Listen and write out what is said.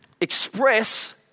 express